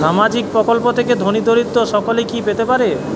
সামাজিক প্রকল্প থেকে ধনী দরিদ্র সকলে কি পেতে পারে?